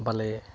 ᱵᱟᱞᱮ